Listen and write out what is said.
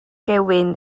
gewyn